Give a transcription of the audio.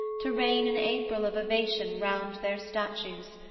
to rain an april of ovation round their statues,